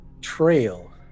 trail